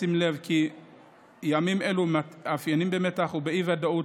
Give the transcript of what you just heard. בשים לב כי ימים אלו מתאפיינים במתח ובאי-ודאות